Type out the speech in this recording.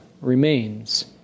remains